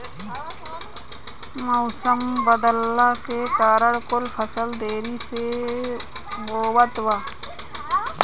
मउसम बदलला के कारण कुल फसल देरी से बोवात बा